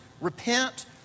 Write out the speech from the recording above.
repent